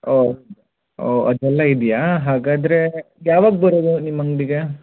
ಓ ಓ ಅದೆಲ್ಲ ಇದ್ಯಾ ಹಾಗಾದರೆ ಯಾವಾಗ ಬರೋದು ನಿಮ್ಮ ಅಂಗಡಿಗೆ